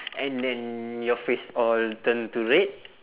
and then your face all turn to red